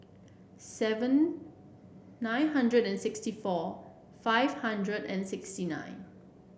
seven nine hundred and sixty four five hundred and sixty nine